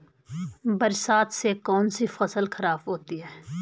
बरसात से कौन सी फसल खराब होती है?